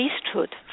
priesthood